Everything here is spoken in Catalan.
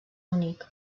únic